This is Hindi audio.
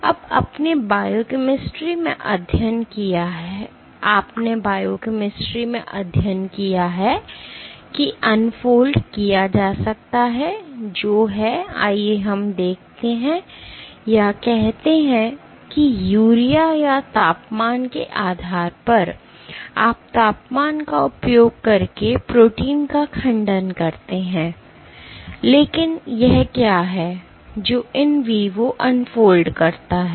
अब आपने बायोकेमेस्ट्री में अध्ययन किया है कि अनफोल्ड किया जा सकता है जो है आइए हम कहते हैं कि यूरिया या तापमान के आधार पर आप तापमान का उपयोग करके प्रोटीन का खंडन करते हैं लेकिन यह क्या है जो in vivo अनफोल्ड करता है